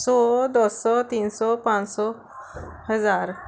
ਸੌ ਦੋ ਸੌ ਤਿੰਨ ਸੌ ਪੰਜ ਸੌ ਹਜ਼ਾਰ